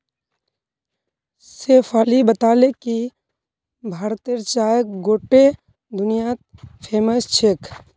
शेफाली बताले कि भारतेर चाय गोट्टे दुनियात फेमस छेक